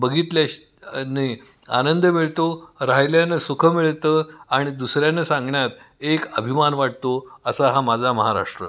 बघितल्या ने आनंद मिळतो राहिल्यानं सुख मिळतं आणि दुसऱ्यांना सांगण्यात एक अभिमान वाटतो असा हा माझा महाराष्ट्र